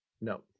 No